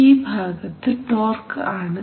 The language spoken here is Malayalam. ഈ ഭാഗത്ത് ടോർഘ് ആണ്